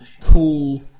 cool